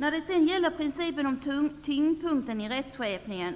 Vad gäller principen att tyngdpunkten i rättskipningen